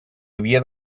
havia